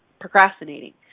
procrastinating